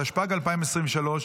התשפ"ג 2023,